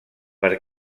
per